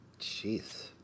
Jeez